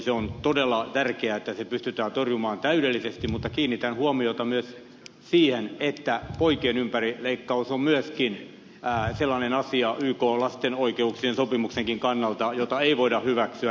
se on todella tärkeää että se pystytään torjumaan täydellisesti mutta kiinnitän huomiota myös siihen että poikien ympärileikkaus on myöskin sellainen asia ykn lasten oikeuksien sopimuksenkin kannalta jota ei voida hyväksyä